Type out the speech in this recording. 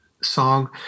song